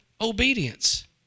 obedience